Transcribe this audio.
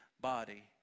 body